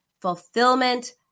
fulfillment